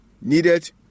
needed